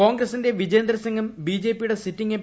കോൺഗ്രസിന്റെ വിജേന്ദർ സിംഗും ബിജെപി യുടെ സിറ്റിംഗ് എം